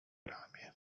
ramię